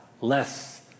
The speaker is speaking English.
less